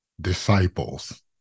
disciples